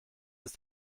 ist